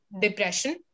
depression